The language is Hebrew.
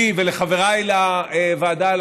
לי ולחבריי לוועדה,